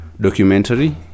documentary